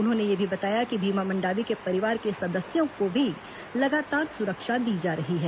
उन्होंने यह भी बताया कि भीमा मंडावी के परिवार के सदस्यों को भी लगातार सुरक्षा दी जा रही है